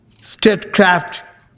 statecraft